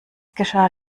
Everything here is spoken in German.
geschah